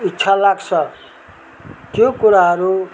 इच्छा लाग्छ त्यो कुराहरू